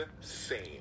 insane